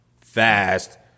fast